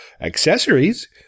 accessories